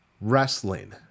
wrestling